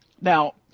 Now